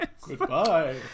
Goodbye